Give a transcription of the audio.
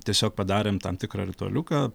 tiesiog padarėm tam tikrą rutualiuką